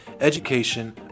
education